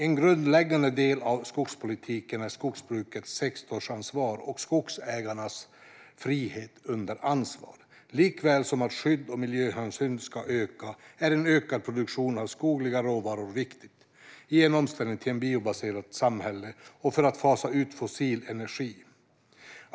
En grundläggande del av skogspolitiken är skogsbrukets sektorsansvar och skogsägarnas frihet under ansvar. Likaväl som att skydd och miljöhänsyn ska öka är en ökad produktion av skoglig råvara viktigt i en omställning till ett biobaserat samhälle och för att fasa ut fossil energi.